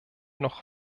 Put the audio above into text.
noch